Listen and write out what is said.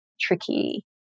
tricky